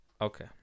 Okay